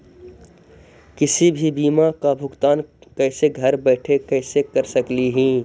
किसी भी बीमा का भुगतान कैसे घर बैठे कैसे कर स्कली ही?